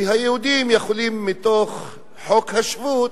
כי היהודים יכולים מכוח חוק השבות